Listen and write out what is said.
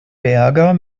berger